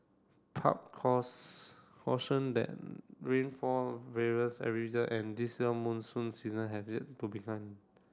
PUB cause cautioned that rainfall various every year and this year monsoon season has yet to began